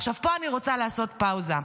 עכשיו, פה אני רוצה לעשות פאוזה.